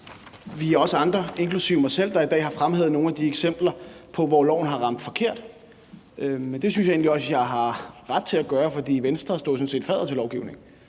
vi er også andre, inklusive mig selv, der i dag har fremhævet nogle af de eksempler på, hvor loven har ramt forkert, men det synes jeg egentlig også jeg har ret til at gøre, for Venstre stod jo sådan set fadder til lovgivningen.